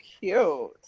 cute